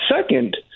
Second